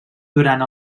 durant